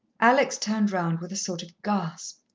alex turned round with a sort of gasp.